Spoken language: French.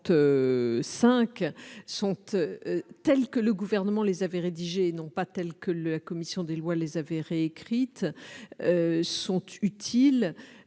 45, telles que le Gouvernement les avait rédigées, et non pas telles que la commission des lois les a réécrites, sont utiles.